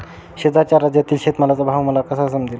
शेजारच्या राज्यातील शेतमालाचा भाव मला कसा समजेल?